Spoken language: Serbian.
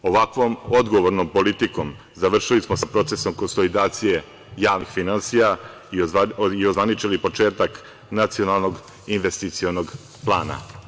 Ovakvom odgovornom politikom završili smo sa procesom konsolidacije javnih finansija i ozvaničili početak Nacionalnog investicionog plana.